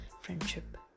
friendship